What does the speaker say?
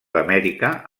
amèrica